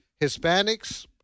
Hispanics